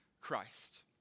christ